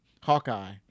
Hawkeye